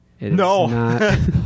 No